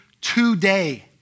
today